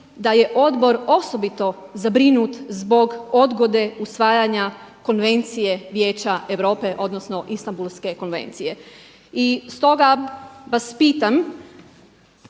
da je odbor osobito zabrinut zbog odgode usvajanja konvencije Vijeća Europe odnosno Istambulske konvencije. I stoga vas pitam